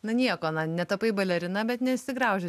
na nieko na netapai balerina bet nesigrauži